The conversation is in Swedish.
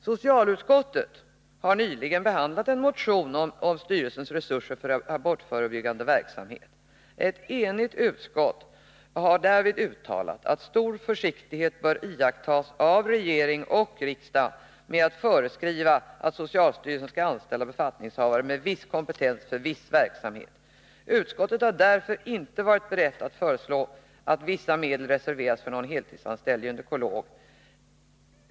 Socialutskottet har nyligen behandlat en motion om socialstyrelsens resurser för abortförebyggande verksamhet m.m. Ett enigt utskott har därvid uttalat att stor försiktighet bör iakttas av regering och riksdag med att föreskriva att socialstyrelsen skall anställa befattningshavare med viss kompetens för viss verksamhet. Utskottet har därför inte varit berett att föreslå att vissa medel reserveras för någon heltidsanställd gynekolog i den nya organisationen.